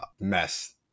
mess